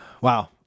wow